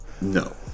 No